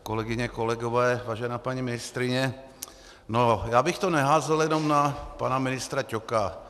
Kolegyně, kolegové, vážená paní ministryně, já bych to neházel jenom na pana ministra Ťoka.